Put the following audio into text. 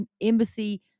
embassy